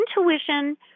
intuition